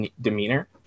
demeanor